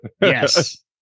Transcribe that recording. Yes